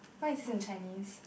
what is in Chinese